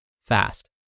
fast